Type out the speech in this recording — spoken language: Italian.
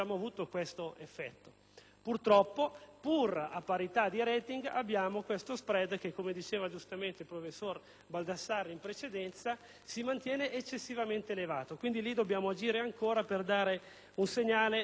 Purtroppo, pur a parità di *rating*, abbiamo uno *spread* che, come diceva giustamente il professor Baldassarri in precedenza, si mantiene eccessivamente elevato. Su ciò dobbiamo ancora agire per dare un segnale di chiarezza ai mercati.